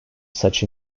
such